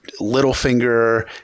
Littlefinger